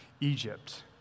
Egypt